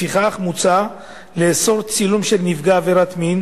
לפיכך, מוצע לאסור צילום של נפגע עבירת מין